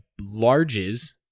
larges